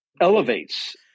elevates